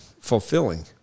fulfilling